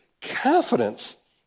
confidence